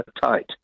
tight